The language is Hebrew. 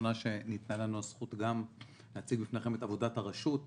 הראשונה ניתנה לנו הזכות להציג בפניכם את עבודת הרשות,